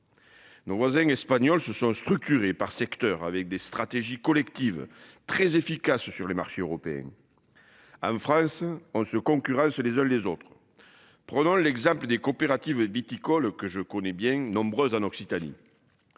Nos voisins espagnols se sont structurés par secteur avec des stratégies collectives très efficace sur les marchés européens. En France on se concurrencent les désole des autres. Prenant l'exemple des coopératives viticoles que je connais bien nombreux en Occitanie.